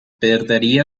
perdería